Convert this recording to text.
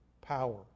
power